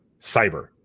cyber